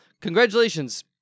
congratulations